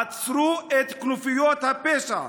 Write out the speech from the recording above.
עצרו את כנופיות הפשע.